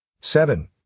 seven